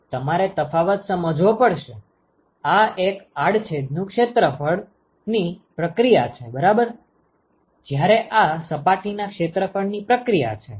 તેથી તમારે તફાવત સમજવો પડશે આ એક આડછેદ નું ક્ષેત્રફળ ની પ્રક્રિયા છે બરાબર જ્યારે આ સપાટીના ક્ષેત્રફળ ની પ્રક્રિયા છે